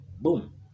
boom